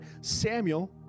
Samuel